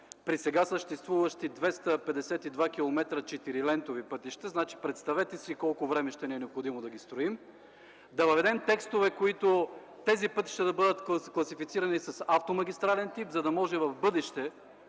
при сега съществуващи 252 км четирилентови пътища. Значи, представете си, колко време ще ни е необходимо да ги строим. Трябва да въведем текстове, с които тези пътища да бъдат класифицирани с автомагистрален тип. Давам пример